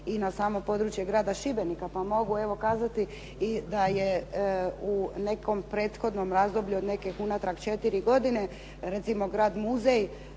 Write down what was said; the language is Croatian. i na samo područje grada Šibenika. Pa mogu evo kazati i da je u nekom prethodnom razdoblju od nekih unatrag četiri godine recimo muzej